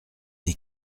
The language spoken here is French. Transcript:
des